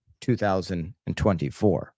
2024